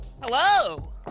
Hello